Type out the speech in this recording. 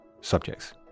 subjects